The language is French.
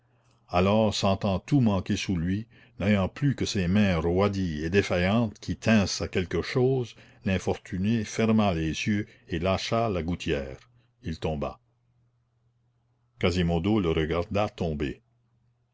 alors sentant tout manquer sous lui n'ayant plus que ses mains roidies et défaillantes qui tinssent à quelque chose l'infortuné ferma les yeux et lâcha la gouttière il tomba quasimodo le regarda tomber